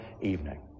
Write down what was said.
evening